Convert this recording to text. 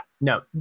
no